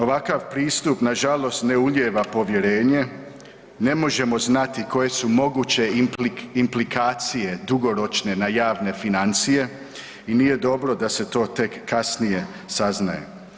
Ovakav pristup nažalost ne ulijeva povjerenje, ne možemo znati koje su moguće implikacije dugoročne na javne financije i nije dobro da se to tek kasnije saznaje.